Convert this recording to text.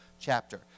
chapter